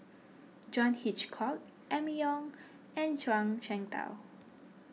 John Hitchcock Emma Yong and Zhuang Shengtao